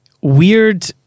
weird